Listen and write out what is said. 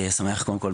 קודם כל,